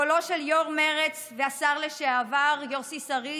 קולו של יו"ר מרצ והשר לשעבר יוסי שריד,